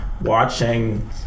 watching